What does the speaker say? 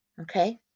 okay